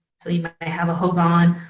so you have a hogan,